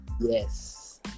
Yes